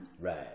right